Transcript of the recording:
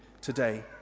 today